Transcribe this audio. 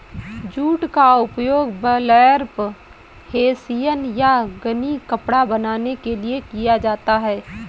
jute का उपयोग burlap hessian या गनी कपड़ा बनाने के लिए किया जाता है